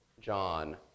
John